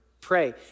pray